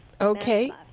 Okay